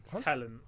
talent